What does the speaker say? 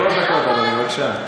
שלוש דקות, אדוני, בבקשה.